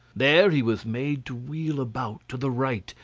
there he was made to wheel about to the right,